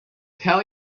tell